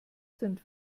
sind